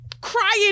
Crying